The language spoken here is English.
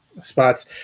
Spots